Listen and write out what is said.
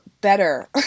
better